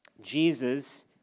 Jesus